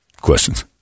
Questions